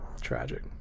tragic